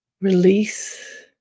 Release